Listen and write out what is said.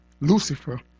lucifer